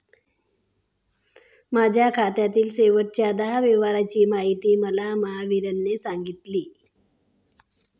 माझ्या खात्यातील शेवटच्या दहा व्यवहारांची माहिती मला महावीरने सांगितली